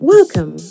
Welcome